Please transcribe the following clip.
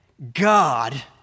God